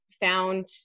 found